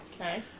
Okay